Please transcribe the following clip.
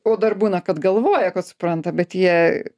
o dar būna kad galvoja kad supranta bet jie